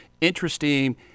interesting